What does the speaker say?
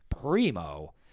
primo